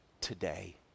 today